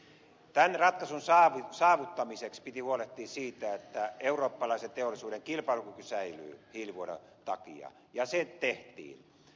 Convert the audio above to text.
tämän ratkaisun saavuttamiseksi piti huolehtia siitä että eurooppalaisen teollisuuden kilpailukyky säilyy hiilivuodon takia ja se tehtiin